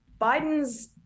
Biden's